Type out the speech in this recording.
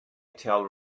tell